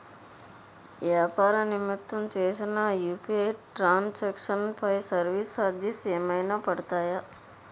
వ్యాపార నిమిత్తం చేసిన యు.పి.ఐ ట్రాన్ సాంక్షన్ పై సర్వీస్ చార్జెస్ ఏమైనా పడతాయా?